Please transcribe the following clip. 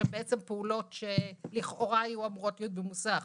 שהן בעצם פעולות שלכאורה היו אמורות להיות במוסך.